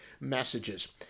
messages